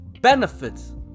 benefits